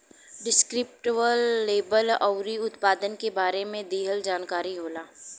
descriptive label कउनो उत्पाद के बारे में दिहल जानकारी होला